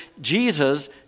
Jesus